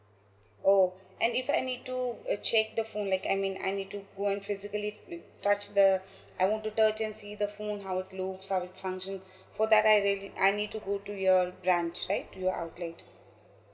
oh and if I need to uh check the phone like I mean I need to go and physically with touch the I want to touch and see the phone how it loads how it function for that I really I need to go to your branch right to your outlet